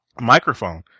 microphone